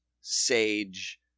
sage